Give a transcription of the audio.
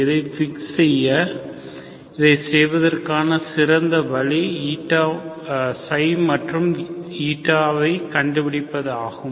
இதைச் பிக்ஸ் செய்ய இதைச் செய்வதற்கான சிறந்த வழி ξ மற்றும் η ஐ கண்டுபிடிப்பது ஆகும்